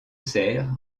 cerfs